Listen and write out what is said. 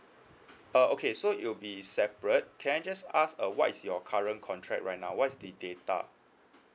uh okay so you'll be separate can I just ask uh what is your current contract right now what is the data